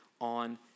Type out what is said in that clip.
on